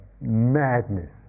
madness